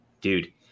Dude